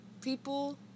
people